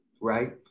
right